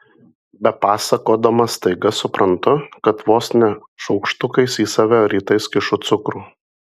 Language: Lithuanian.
bepasakodama staiga suprantu kad vos ne šaukštukais į save rytais kišu cukrų